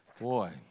Boy